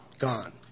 gone